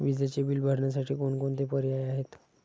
विजेचे बिल भरण्यासाठी कोणकोणते पर्याय आहेत?